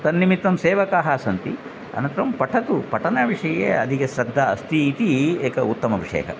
तन्निमित्तं सेवकाः सन्ति अनन्तरं पठतु पठनविषये अधिका श्रद्धा अस्ति इति एकः उत्तमः विषयः